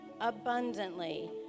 abundantly